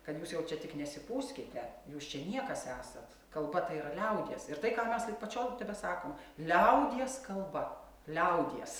kad jūs jau čia tik nesipūskite jūs čia niekas esat kalba tai yra liaudies ir tai ką mes lig pat šiol tebesakom liaudies kalba liaudies